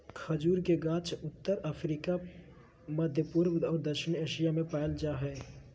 खजूर के गाछ उत्तर अफ्रिका, मध्यपूर्व और दक्षिण एशिया में पाल जा हइ